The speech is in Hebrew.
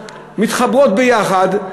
מתחברות יחד,